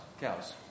Cows